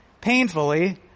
painfully